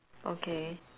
okay